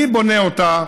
אני בונה אותה.